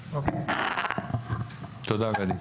תודה, גדי.